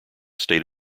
state